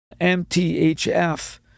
MTHF